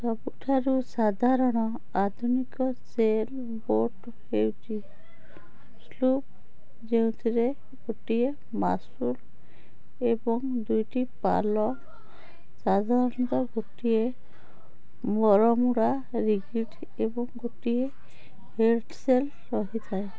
ସବୁଠାରୁ ସାଧାରଣ ଆଧୁନିକ ସେଲ୍ ବୋଟ୍ ହେଉଛି ସ୍ଲୁପ୍ ଯେଉଁଥିରେ ଗୋଟିଏ ମାସ୍ତୁଲ ଏବଂ ଦୁଇଟି ପାଲ ସାଧାରଣତଃ ଗୋଟିଏ ବରମୁଡ଼ା ରିଗ୍ଡ଼ ଏବଂ ଗୋଟିଏ ହେଡ଼ସେଲ୍ ରହିଥାଏ